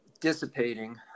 dissipating